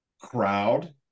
crowd